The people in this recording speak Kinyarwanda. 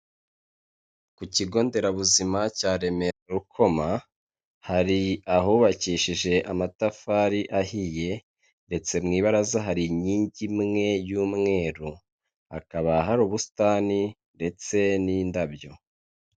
Ku kigo nderabuzima cya Remera Rukoma hari ahubakishije amatafari ahiye ndetse mu ibaraza hari inkingi imwe y'umweru, hakaba hari ubusitani ndetse n'indabyo.